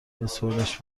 بسپرینش